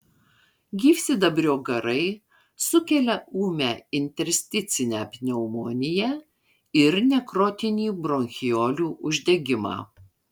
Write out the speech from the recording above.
gyvsidabrio garai sukelia ūmią intersticinę pneumoniją ir nekrotinį bronchiolių uždegimą